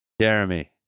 Jeremy